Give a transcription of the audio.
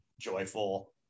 joyful